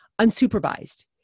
unsupervised